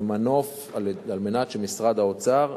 ומנוף על מנת שמשרד האוצר